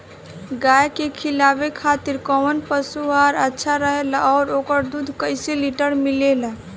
गाय के खिलावे खातिर काउन पशु आहार अच्छा रहेला और ओकर दुध कइसे लीटर मिलेला?